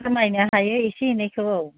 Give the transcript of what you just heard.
खामायनो हायो एसे एनैखौ औ